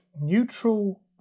neutral